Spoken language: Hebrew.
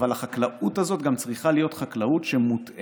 אבל החקלאות הזאת גם צריכה להיות חקלאות שמותאמת